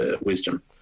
Wisdom